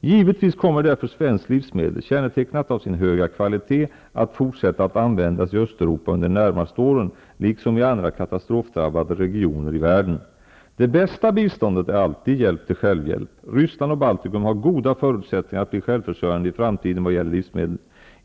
Givetvis kommer därför svenskt livsmedel, kännetecknat av sin höga kvalitet, att fortsätta att användas i Östeuropa under de närmaste åren, liksom i andra katastrofdrabbade regioner i världen. Det bästa biståndet är alltid hjälp till självhjälp. Ryssland och Baltikum har goda förutsättningar att bli självförsörjande i framtiden vad gäller livsmedel.